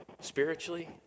spiritually